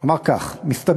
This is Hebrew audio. הוא אמר כך: מסתבר